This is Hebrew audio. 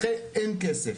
אחרי זה 'אין כסף'.